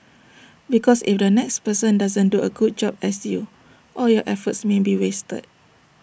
because if the next person doesn't do A good job as you all your efforts may be wasted